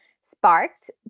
sparked